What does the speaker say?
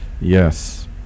Yes